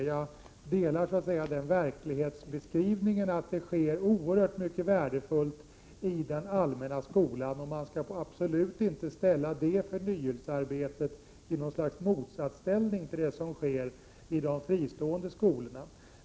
Jag ansluter mig till den verklighetsbeskrivningen att det sker oerhört mycket värdefullt i den allmänna skolan, och man skall absolut inte ställa det förnyelsearbetet i något slags motsatsställning till det som sker i de fristående skolorna.